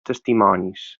testimonis